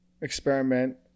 experiment